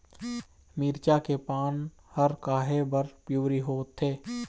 मिरचा के पान हर काहे बर पिवरी होवथे?